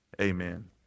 amen